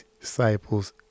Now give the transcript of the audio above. disciples